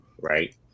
right